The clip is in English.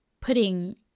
putting